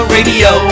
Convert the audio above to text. Radio